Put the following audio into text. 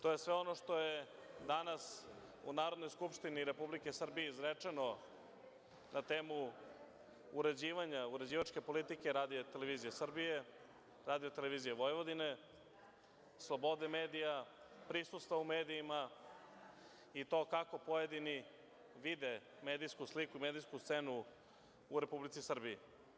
To je sve ono što je danas u Narodnoj skupštini Republike Srbije izrečeno na temu uređivanja uređivačke politike RTS, RTV, slobode medija, prisustvo u medijima i to kako pojedini vide medijsku sliku, medijsku scenu u Republici Srbiji.